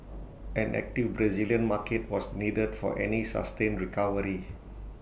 an active Brazilian market was needed for any sustained recovery